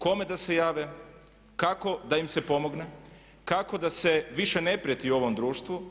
Kome da se jave, kako da im se pomogne, kako da se više ne prijeti ovom društvu?